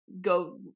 go